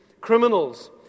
criminals